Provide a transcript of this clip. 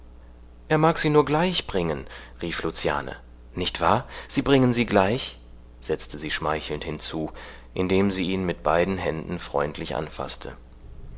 er mag sie nur gleich bringen rief luciane nicht wahr sie bringen sie gleich setzte sie schmeichelnd hinzu indem sie ihn mit beiden händen freundlich anfaßte